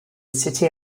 city